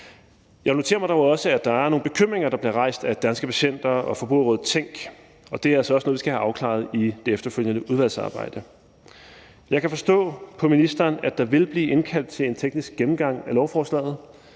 Jeg noterer mig dog også, at der er nogle bekymringer, der bliver rejst af Danske Patienter og Forbrugerrådet Tænk, og det er altså også noget, vi skal have afklaret i det efterfølgende udvalgsarbejde. Jeg kan forstå på ministeren, at der vil blive indkaldt til en teknisk gennemgang af lovforslaget,